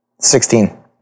Sixteen